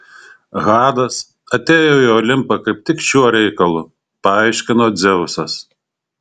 hadas atėjo į olimpą kaip tik šiuo reikalu paaiškino dzeusas